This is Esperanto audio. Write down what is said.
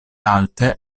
alte